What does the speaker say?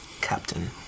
Captain